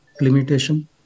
limitation